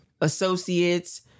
associates